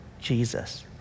Jesus